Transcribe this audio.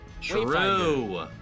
True